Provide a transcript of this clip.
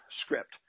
script